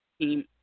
team